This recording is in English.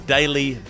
Daily